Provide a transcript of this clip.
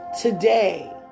Today